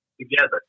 together